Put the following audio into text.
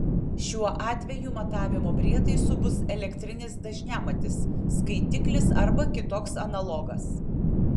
šiuo atveju matavimo prietaisu bus elektrinis dažniamatis skaitiklis arba kitoks analogas